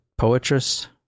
poetress